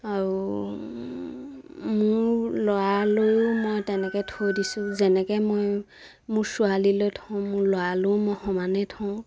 আৰু মোৰ ল'ৰালৈয়ো মই তেনেকে থৈ দিছোঁ যেনেকে মই মোৰ ছোৱালীলৈ থওঁ মোৰ ল'ৰালৈও মই সমানেই থওঁ